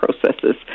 processes